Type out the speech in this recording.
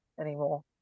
anymore